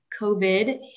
COVID